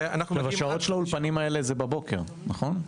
השעות של האולפנים האלה זה בבוקר, נכון?